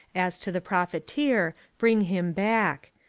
as to the profiteer, bring him back.